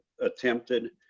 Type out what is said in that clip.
attempted